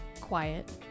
Quiet